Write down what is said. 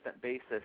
basis